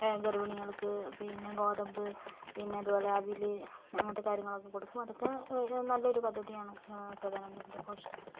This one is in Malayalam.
ഗർഭിണികൾക്ക് പിന്നെ ഗോതമ്പ് പിന്നെ അതുപോലെ അവിൽ അങ്ങനത്തെ കാര്യങ്ങളൊക്കെ കൊടുക്കും അതൊക്കെ നല്ല ഒരു പദ്ധതി ആണ് പ്രധാനമന്ത്രീൻ്റെ പോഷണ പദ്ധതി